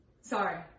sorry